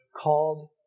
called